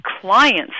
clients